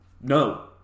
No